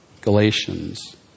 Galatians